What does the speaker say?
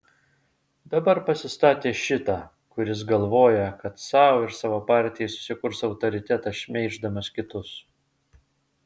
dabar pasistatė šitą kuris galvoja kad sau ir savo partijai susikurs autoritetą šmeiždamas kitus